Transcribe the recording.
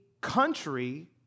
country